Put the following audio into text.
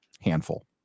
Handful